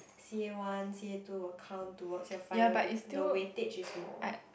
c_a one c_a two will count towards your final grade the weightage is more